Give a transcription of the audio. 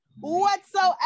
whatsoever